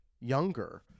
younger